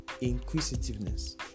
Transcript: Inquisitiveness